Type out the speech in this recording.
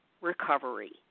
recovery